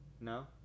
No